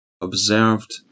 observed